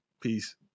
Peace